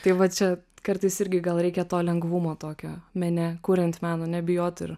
tai va čia kartais irgi gal reikia to lengvumo tokio mene kuriant meno nebijot ir